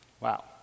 Wow